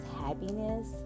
happiness